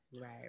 right